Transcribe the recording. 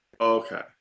okay